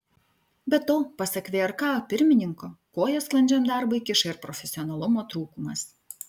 be to pasak vrk pirmininko koją sklandžiam darbui kiša ir profesionalumo trūkumas